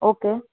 okay